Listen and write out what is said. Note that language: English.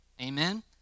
Amen